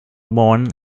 born